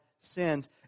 sins